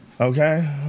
Okay